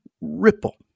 ripple